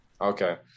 Okay